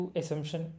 assumption